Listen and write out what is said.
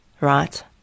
right